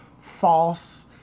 false